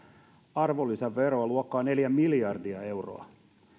arvonlisäveroa luokkaa neljä miljardia euroa